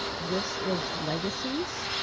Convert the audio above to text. this is legacy's,